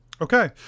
Okay